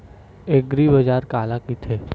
एग्रीबाजार काला कइथे?